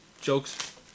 jokes